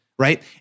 right